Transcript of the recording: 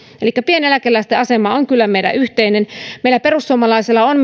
elikkä pieneläkeläisten asia on kyllä meidän yhteinen meillä perussuomalaisilla on